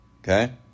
okay